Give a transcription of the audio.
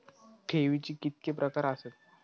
ठेवीचे कितके प्रकार आसत?